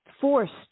forced